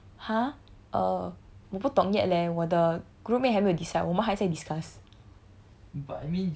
I would say like !huh! uh 我不懂 yet leh 我的 group mate 还没有 decide 我们还在 discuss